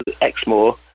Exmoor